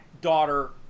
daughter